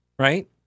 Right